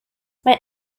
mae